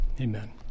amen